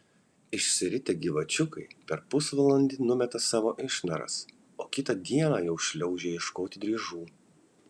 išsiritę gyvačiukai per pusvalandį numeta savo išnaras o kitą dieną jau šliaužia ieškoti driežų